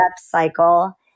cycle